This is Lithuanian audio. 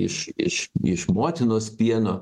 iš iš iš motinos pieno